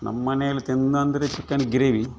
ನಮ್ಮನೆಯಲ್ಲಿ ತಿನ್ನೋದಂದ್ರೆ ಅಂದರೆ ಚಿಕನ್ ಗ್ರೇವಿ